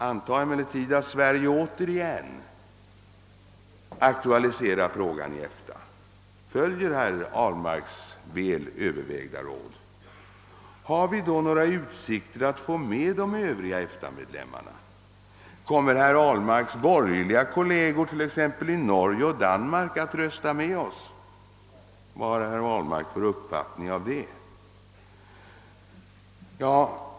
Antag emellertid att Sverige återigen aktualiserar frågan i EFTA och alltså följer herr Ahlmarks väl övervägda råd. Har vi då några utsikter att få med de övriga EFTA-medlemmarna? Kommer t.ex. herr Ahlmarks borgerliga kolleger i Norge och Danmark att rösta med oss? Vad har herr Ahlmark för uppfattning i det fallet?